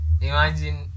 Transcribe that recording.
imagine